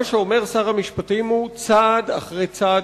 מה שאומר שר המשפטים: צעד אחרי צעד,